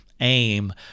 aim